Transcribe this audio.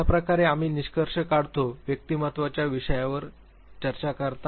अशा प्रकारे आम्ही निष्कर्ष काढतो व्यक्तिमत्त्वाच्या विषयावर चर्चा